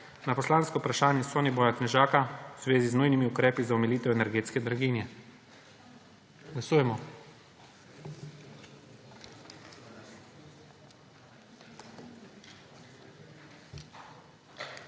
na poslansko vprašanje Soniboja Knežaka v zvezi z nujnimi ukrepi za omilitev energetske draginje. Glasujemo.